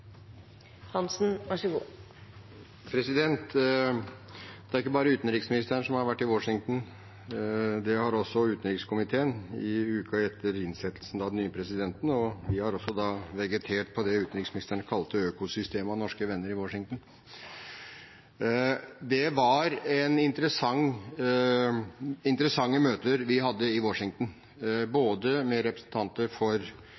også utenrikskomiteen, i uken etter innsettelsen av den nye presidenten, og vi har også da vegetert på det utenriksministeren kalte økosystemet av norske venner i Washington. Det var interessante møter vi hadde i Washington, både med representanter for